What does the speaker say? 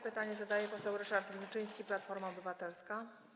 Pytanie zadaje poseł Ryszard Wilczyński, Platforma Obywatelska.